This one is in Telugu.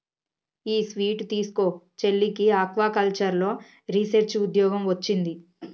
ఈ స్వీట్ తీస్కో, చెల్లికి ఆక్వాకల్చర్లో రీసెర్చ్ ఉద్యోగం వొచ్చింది